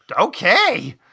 okay